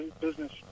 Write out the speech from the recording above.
business